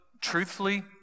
truthfully